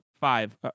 five